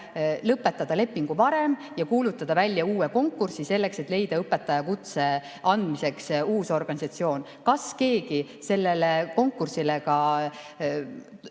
lõpetada lepingu varem ja kuulutada välja uue konkursi, selleks et leida õpetajakutse andmiseks uus organisatsioon. Kas keegi sellele konkursile